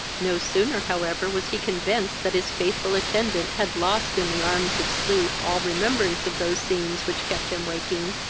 no sooner however was he convinced that his faithful attendant had lost in the arms of sleep all remembrance of those scenes which kept him waking,